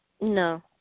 no